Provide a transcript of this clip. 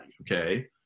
okay